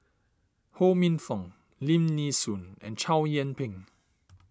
Ho Minfong Lim Nee Soon and Chow Yian Ping